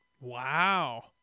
Wow